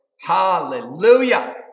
hallelujah